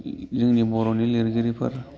जोंनि बर'नि लिरगिरिफोर